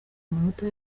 amanota